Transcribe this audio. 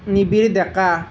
নিবিড় ডেকা